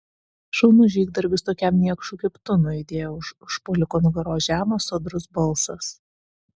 šaunus žygdarbis tokiam niekšui kaip tu nuaidėjo už užpuoliko nugaros žemas sodrus balsas